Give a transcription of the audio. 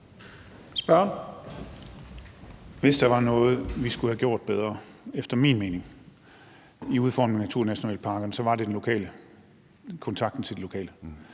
Hvis der var noget, vi skulle have gjort bedre – efter min mening – i udformningen af naturnationalparkerne, så var det kontakten til de lokale,